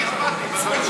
אכפת לי.